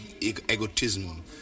egotism